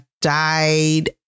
died